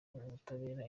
ubutabera